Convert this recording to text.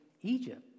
Egypt